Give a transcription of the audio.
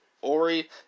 Ori